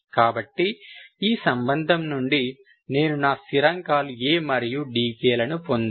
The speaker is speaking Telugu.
కాబట్టి ఈ సంబంధం నుండి నేను నా స్థిరాంకాలు A మరియు dk లను పొందాలి